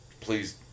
Please